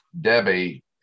Debbie